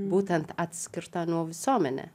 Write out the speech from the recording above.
būtent atskirta nuo visuomenė